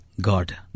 God